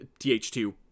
TH2